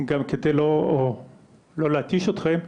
גם כדי לא להתיש אתכם.